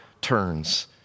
turns